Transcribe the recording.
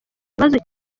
kibazo